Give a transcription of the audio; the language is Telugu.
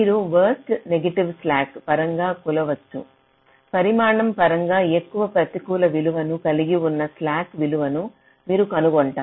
మీరు వరస్ట్ నెగిటివ్ స్లాక్ పరంగా కొలవవచ్చు పరిమాణం పరంగా ఎక్కువ ప్రతికూల విలువను కలిగి ఉన్న స్లాక్ విలువను మీరు కనుగొంటారు